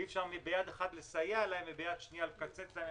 אי אפשר ביד אחת לסייע להן וביד שנייה לקצץ להן.